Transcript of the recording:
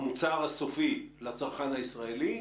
המוצר הסופי לצרכן הישראלי,